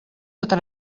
tota